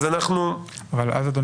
זה יהיה 74ו,